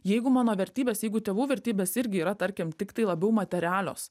jeigu mano vertybės jeigu tėvų vertybės irgi yra tarkim tiktai labiau materialios